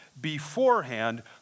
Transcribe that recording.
beforehand